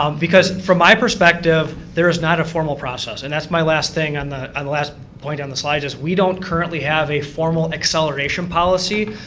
um because from my perspective there's not a formal process. and that's my last thing on the and last point on the slides is we don't currently have a formal acceleration policy.